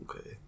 Okay